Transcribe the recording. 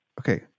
Okay